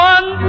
One